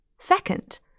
Second